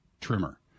trimmer